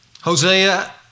Hosea